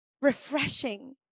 refreshing